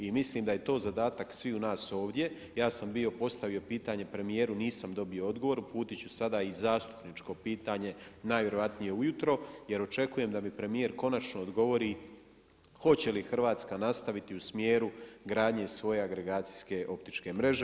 I mislim da je to zadatak svih nas ovdje, ja sam bio postavio pitanje premijeru, nisam dobio odgovor, uputiti ću sada i zastupničko pitanje najvjerojatnije ujutro jer očekujem da mi premijer konačno odgovori hoće li Hrvatska nastaviti u smjeru gradnje svoje agregacijske optičke mreže.